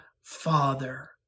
Father